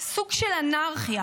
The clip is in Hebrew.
סוג של אנרכיה,